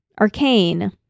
Arcane